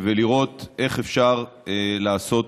ולראות איך אפשר לעשות